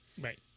Right